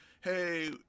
hey